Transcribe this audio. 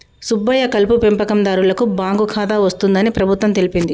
సుబ్బయ్య కలుపు పెంపకందారులకు బాంకు ఖాతా వస్తుందని ప్రభుత్వం తెలిపింది